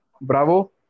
Bravo